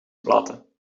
platen